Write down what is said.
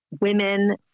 women